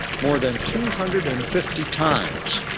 more than two hundred and fifty times.